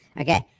okay